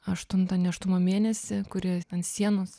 aštuntą nėštumo mėnesį kuri ant sienos